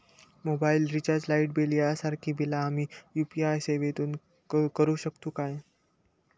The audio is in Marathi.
मोबाईल रिचार्ज, लाईट बिल यांसारखी बिला आम्ही यू.पी.आय सेवेतून करू शकतू काय?